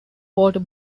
water